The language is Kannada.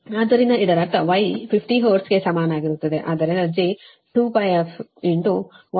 ಆದ್ದರಿಂದ ಇದರರ್ಥ Y 50 ಹರ್ಟ್ಜ್ಗೆ ಸಮಾನವಾಗಿರುತ್ತದೆ ಆದ್ದರಿಂದ j 2f 1